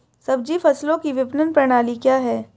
सब्जी फसलों की विपणन प्रणाली क्या है?